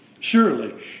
Surely